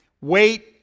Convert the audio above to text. Wait